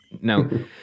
No